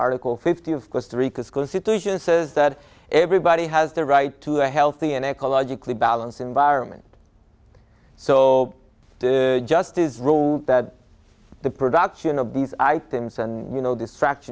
article fifty of costa rica school situation says that everybody has the right to a healthy and ecologically balance environment so just is that the production of these items and you know destruct